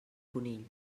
conill